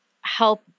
help